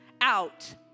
out